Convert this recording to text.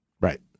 Right